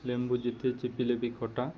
ଲେମ୍ବୁ ଯେତେ ଚିପିଲେ ବି ଖଟା